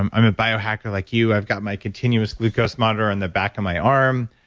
i'm i'm a biohacker like you, i've got my continuous glucose monitor on the back of my arm.